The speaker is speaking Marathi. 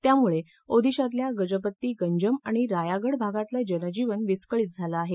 त्यामुळे ओदिशातल्या गजपत्ती गंजम आणि रायगड भागातलं जनजीवन विस्काळीत झालं आहे